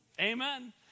Amen